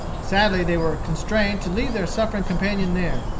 sadly they were constrained to leave their suffering companion there.